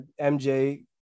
MJ